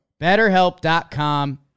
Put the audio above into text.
BetterHelp.com